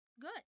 good